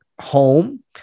home